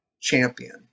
champion